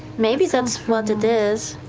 maybe that's what it is.